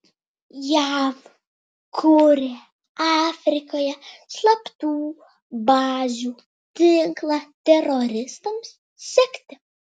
jav kuria afrikoje slaptų bazių tinklą teroristams sekti